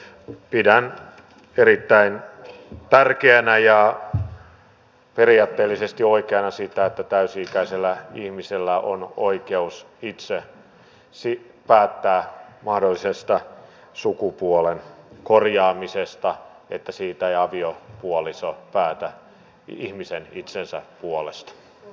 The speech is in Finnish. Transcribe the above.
pidän erittäin tärkeänä ja periaatteellisesti oikeana sitä että täysi ikäisellä ihmisellä on oikeus itse päättää mahdollisesta sukupuolen korjaamisesta että siitä ei aviopuoliso päätä ihmisen itsensä puolesta